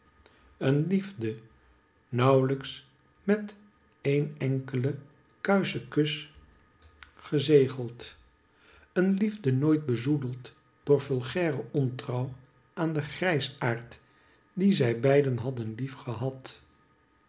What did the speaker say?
een uefde nauwhjks met een enkelen kuischen kus gezegeld een liefde nooit bczoedeld door vulga rc ontrouw aan den grijsaard dien zij beiden hadden